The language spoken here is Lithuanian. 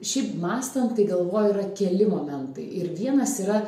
šiaip mąstant tai galvoju yra keli momentai ir vienas yra